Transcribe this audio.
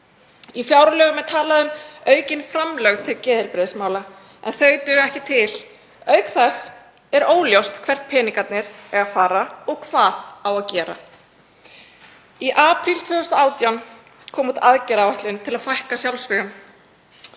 Í fjárlögum er talað um aukin framlög til geðheilbrigðismála en þau duga ekki til. Auk þess er óljóst hvert peningarnir eiga að fara og hvað á að gera. Í apríl 2018 kom út aðgerðaáætlun til að fækka sjálfsvígum